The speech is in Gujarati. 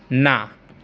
ના